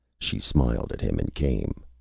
she smiled at him and came.